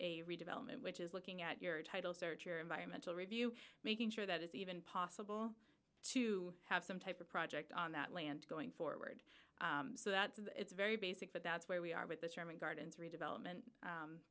a redevelopment which is looking at your title search your environmental review making sure that it's even possible to have some type of project on that land going forward so that it's very basic but that's where we are with the sherman gardens redevelopment